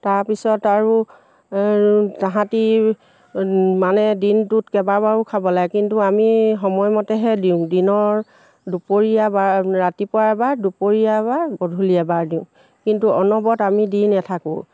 তাৰপিছত আৰু আৰু তাহাঁতি মানে দিনটোত কেইবাবাৰো খাব লাগে কিন্তু আমি সময়মতেহে দিওঁ দিনৰ দুপৰীয়া এবাৰ ৰাতিপুৱা এবাৰ দুপৰীয়া এবাৰ গধূলি এবাৰ দিওঁ কিন্তু অনবৰত আমি দি নেথাকোঁ